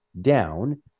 down